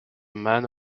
man